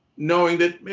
knowing that